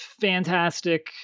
fantastic